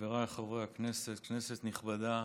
חבריי חברי הכנסת, כנסת נכבדה,